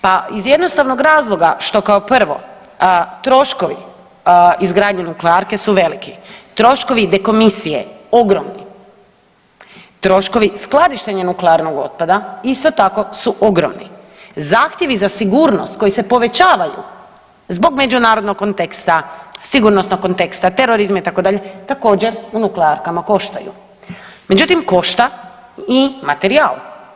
Pa iz jednostavnog razloga što kao prvo troškovi izgradnje nuklearke su veliki, troškovi dekomisije ogromni, troškovi skladištenja nuklearnog otpada isto tako su ogromni, zahtjevi za sigurnost koji se povećavaju zbog međunarodnog konteksta, sigurnosnog konteksta, terorizma itd., također u nuklearkama koštaju, međutim košta i materijal.